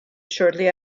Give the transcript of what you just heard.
shortly